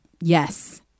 Yes